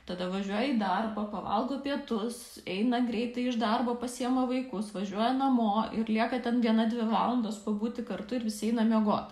tada važiuoja į darbą pavalgo pietus eina greitai iš darbo pasiima vaikus važiuoja namo ir lieka ten viena dvi valandos pabūti kartu ir visi eina miegot